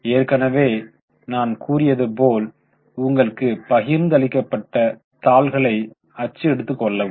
ஏற்கனவே நான் கூறியது போல் உங்களுக்கு பகிர்ந்து அளிக்கப்பட்ட தாள்களை அச்சு எடுத்துக் கொள்ளவும்